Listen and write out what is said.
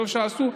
וטוב שעשו.